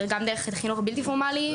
גם דרך מערכת החינוך הבלתי פורמלי,